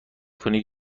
کنید